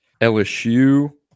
LSU